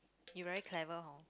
you very clever hor